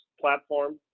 platform